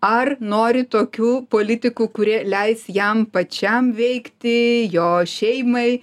ar nori tokių politikų kurie leis jam pačiam veikti jo šeimai